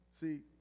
see